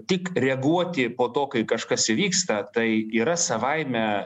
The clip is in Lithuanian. tik reaguoti po to kai kažkas įvyksta tai yra savaime